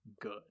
good